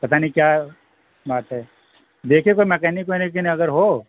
پتا نہیں کیا بات ہے دیکھیے کوئی مکینک وکینک اگر ہو